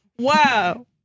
wow